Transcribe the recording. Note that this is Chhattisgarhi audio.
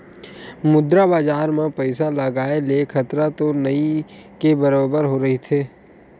मुद्रा बजार म पइसा लगाय ले खतरा तो नइ के बरोबर रहिथे